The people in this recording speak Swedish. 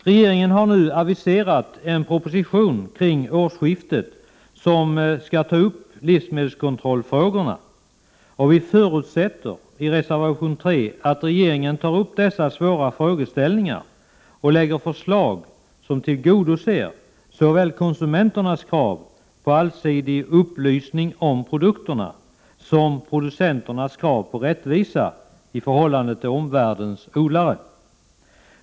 Regeringen har aviserat att en proposition skall framläggas kring årsskiftet, i vilken frågorna om livsmedelskontroll skall tas upp. Vi förutsätter i reservation 3 att regeringen tar upp dessa svåra frågeställningar och lägger fram förslag som tillgodoser såväl konsumenternas krav på allsidig upplysning om produkterna som producenternas krav på rättvisa i förhållande till omvärldens odlare.